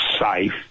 safe